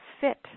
fit